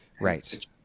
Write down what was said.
right